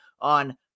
on